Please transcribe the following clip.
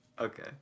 Okay